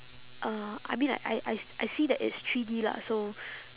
uh I mean like I I s~ I see that it's three D lah so